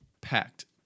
packed